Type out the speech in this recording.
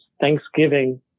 Thanksgiving